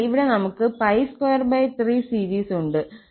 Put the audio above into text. അതിനാൽ ഇവിടെ നമുക്ക് 23 സീരീസ് ഉണ്ട്